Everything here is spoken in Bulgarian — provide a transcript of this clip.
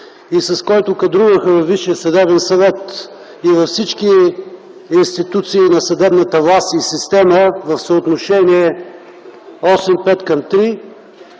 и с който кадруваха във Висшия съдебен съвет и във всички институции на съдебната власт и система в съотношение 8:5:3